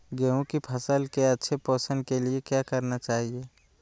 गेंहू की फसल के अच्छे पोषण के लिए क्या करना चाहिए?